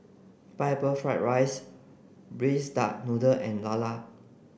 pineapple fried rice braised duck noodle and Lala